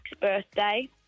birthday